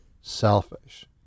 selfish